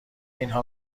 اینها